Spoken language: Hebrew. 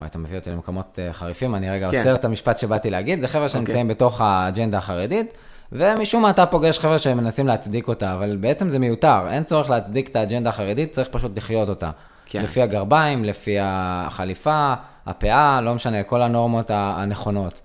אתה מביא אותי למקומות חריפים, אני רגע עוצר את המשפט שבאתי להגיד, זה חבר'ה שנמצאים בתוך האג'נדה החרדית, ומשום מה אתה פוגש חבר'ה שהם מנסים להצדיק אותה, אבל בעצם זה מיותר, אין צורך להצדיק את האג'נדה החרדית, צריך פשוט לחיות אותה. לפי הגרביים, לפי החליפה, הפאה, לא משנה, כל הנורמות הנכונות.